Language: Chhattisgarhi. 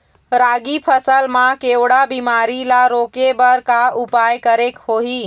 रागी फसल मा केवड़ा बीमारी ला रोके बर का उपाय करेक होही?